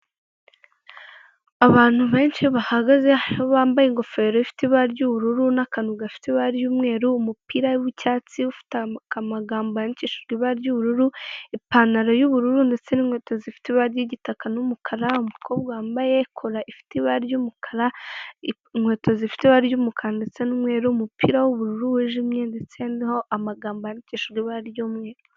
Abantu benshi bahagaze bambaye ingofero ifite ibara ry'ubururu n'akantu gafite ibara ry'umweru umupira wicyatsi ufite amagambo yandikishijwe ibara ry'ubururu ipantaro yubururu ndetse n'inkweto zifite ibara ry'igitaka n'umukara umukobwa wambaye kola ifite ibara ry'umukara ,inkweto zifite ibara ry'umukara ndetse numweru ,umupira wubururu wijimye ndetse naho amagambo yandikishijwe ibara ry'umweru .